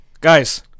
Guys